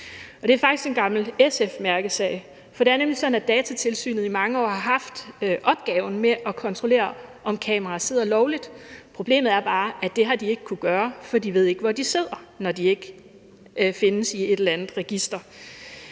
Det er faktisk en gammel SF-mærkesag, for det er nemlig sådan, at Datatilsynet i mange år har haft opgaven med at kontrollere, om kameraer sidder lovligt, men problemet er bare, at det har de ikke kunnet gøre, fordi de ikke ved, hvor de sidder, når de ikke findes i et eller andet register.